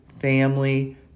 family